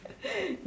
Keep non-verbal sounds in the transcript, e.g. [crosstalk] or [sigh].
[laughs]